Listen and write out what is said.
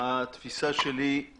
התפיסה שלי היא